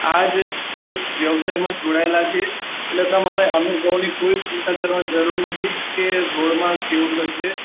આ જ વ્યવસાયમાં જોડાયેલા છીએ એટલે તમારે અનુભવની કોઇ જ ચિંતા કરવાની જરૂર નથી કે રોડમાં કેવું થશે